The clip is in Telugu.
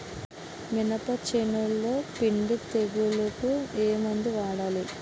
మినప చేనులో పిండి తెగులుకు ఏమందు వాడాలి?